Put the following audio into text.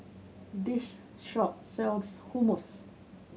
this shop sells Hummus